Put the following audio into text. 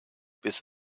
bis